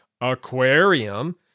aquarium